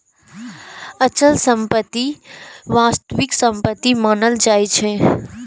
अचल संपत्ति वास्तविक संपत्ति मानल जाइ छै